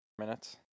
minutes